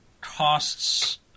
costs